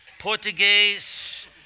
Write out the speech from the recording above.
Portuguese